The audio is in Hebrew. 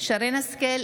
שרן מרים השכל,